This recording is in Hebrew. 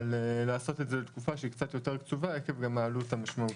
אבל לעשות את זה לתקופה שהיא קצת יותר קצובה עקב העלות המשמעותית.